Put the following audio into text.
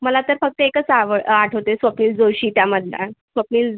मला तर फक्त एकच आवळ आठवते स्वप्नील जोशी त्या मधला स्वप्नील